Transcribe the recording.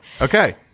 Okay